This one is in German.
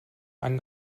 einen